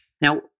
Now